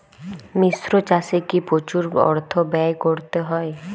মিশ্র চাষে কি প্রচুর অর্থ ব্যয় করতে হয়?